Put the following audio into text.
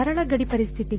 ಸರಳ ಗಡಿ ಪರಿಸ್ಥಿತಿಗಳು